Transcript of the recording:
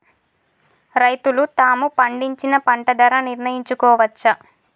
రైతులు తాము పండించిన పంట ధర నిర్ణయించుకోవచ్చా?